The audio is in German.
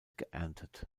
geerntet